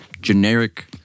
generic